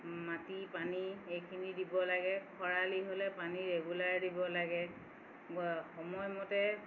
মাটি পানী এইখিনি দিব লাগে খৰালি হ'লে পানী ৰেগুলাৰ দিব লাগে সময়মতে